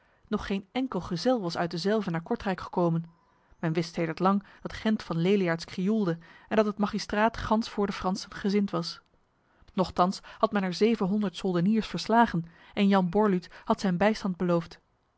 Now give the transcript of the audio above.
nog geen enkel gezel was uit dezelve naar kortrijk gekomen men wist sedert lang dat gent van leliaards krioelde en dat het magistraat gans voor de fransen gezind was nochtans had men er zevenhonderd soldeniers verslagen en jan borluut had zijn bijstand beloofd